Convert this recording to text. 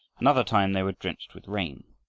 another time they were drenched with rain.